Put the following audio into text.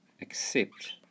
accept